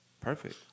Perfect